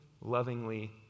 lovingly